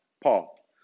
Paul